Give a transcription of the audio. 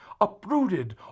uprooted